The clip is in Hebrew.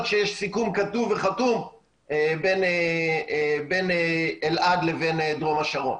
שיש סיכום כתוב וחתום בין אלעד לבין דרום השרון.